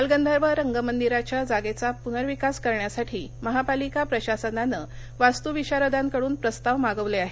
बालगंधर्व रंगमंदिराच्या जागेचा प्नर्विकास करण्यासाठी महापालिका प्रशासनानं वास्तूविशारदांकडून प्रस्ताव मागवले आहेत